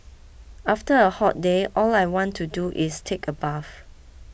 after a hot day all I want to do is take a bath